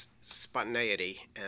spontaneity